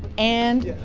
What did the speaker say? and,